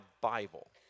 Bible